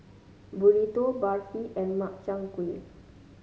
Burrito Barfi and Makchang Gui